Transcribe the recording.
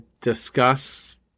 discuss